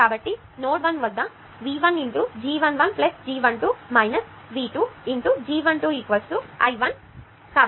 కాబట్టి నోడ్ 1 వద్ద V1 × G 1 1 G 1 2 V 2 × G 1 2 I 1